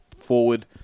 forward